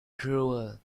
cruel